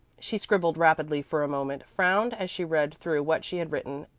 she scribbled rapidly for a moment, frowned as she read through what she had written,